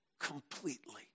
completely